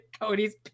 Cody's